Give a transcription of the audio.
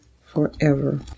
forever